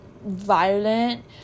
Violent